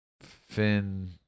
Finn